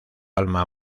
alma